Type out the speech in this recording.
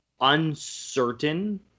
uncertain